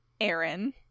aaron